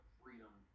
freedom